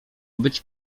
być